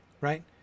Right